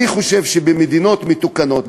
אני חושב שבמדינות מתוקנות,